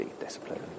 discipline